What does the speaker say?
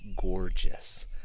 gorgeous